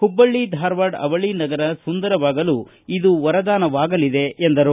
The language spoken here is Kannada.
ಹುಬ್ಬಳ್ಳಿ ಧಾರವಾಡ ಅವಳಿ ನಗರ ಸುಂದರವಾಗಲು ಇದು ವರದಾನವಾಗಲಿದೆ ಎಂದರು